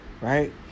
right